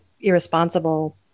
irresponsible